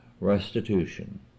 restitution